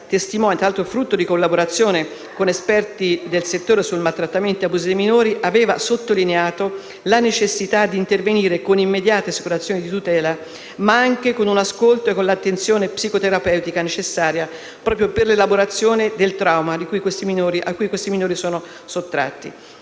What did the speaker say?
frutto di collaborazione con esperti del settore dei maltrattamenti e degli abusi sui minori, aveva sottolineato la necessità di intervenire con immediate assicurazioni di tutela, ma anche con l'ascolto e con l'attenzione psicoterapeutica necessaria per l'elaborazione del trauma a cui questi minori sono sottratti.